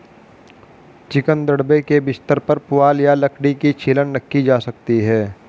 chicken दड़बे के बिस्तर पर पुआल या लकड़ी की छीलन रखी जा सकती है